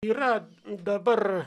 yra dabar